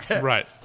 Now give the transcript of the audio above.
right